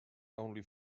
only